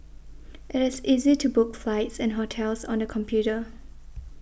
it is easy to book flights and hotels on the computer